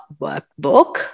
workbook